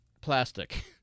plastic